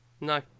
No